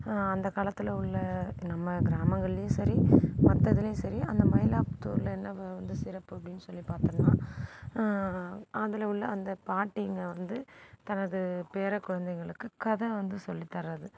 அந்த காலத்தில் உள்ள நம்ம கிராமங்கள்லையும் சரி மற்ற இதுலையும் சரி அந்த மயிலாபுத்தூர் என்ன வந்து சிறப்பு அப்படின்னு சொல்லி பார்த்தம்னா அதில் உள்ள அந்த பாட்டிங்கள் வந்து தனது பேர குழந்தைங்களுக்கு கதை வந்து சொல்லித்தரது